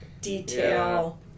detail